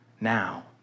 now